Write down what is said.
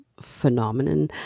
phenomenon